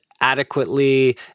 adequately